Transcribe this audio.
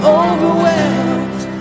overwhelmed